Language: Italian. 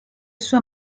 sua